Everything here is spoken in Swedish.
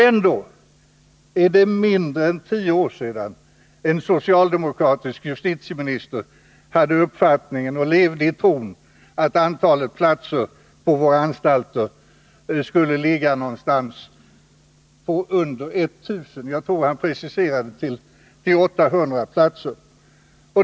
Ändå är det mindre än tio år sedan en socialdemokratisk justitieminister hade den uppfattningen och levde i den tron att antalet platser på våra anstalter i dag skulle ligga någonstans under 1000 — jag tror att han preciserade siffran till 800.